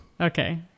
Okay